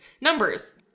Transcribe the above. Numbers